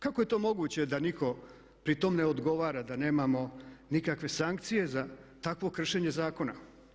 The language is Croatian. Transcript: Kako je to moguće da nitko pritom ne odgovara, da nemamo nikakve sankcije za takvo kršenje zakona?